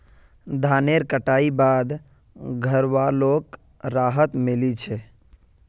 धानेर कटाई बाद घरवालोक राहत मिली छे